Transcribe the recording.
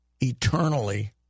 eternally